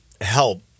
help